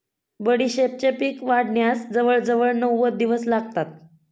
बडीशेपेचे पीक वाढण्यास जवळजवळ नव्वद दिवस लागतात